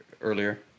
Earlier